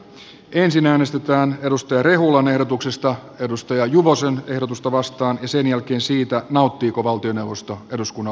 hallituksen mahdolliset kaavailut lapsilisien indeksikorotuksesta luopumisesta sekä pienten lasten kotihoidon tuen leikkauksesta eivät ole hyväksyttäviä